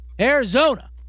Arizona